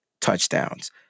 touchdowns